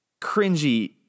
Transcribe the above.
cringy